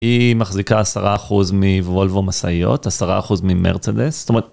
היא מחזיקה 10% מוולוו משאיות 10% ממרצדס.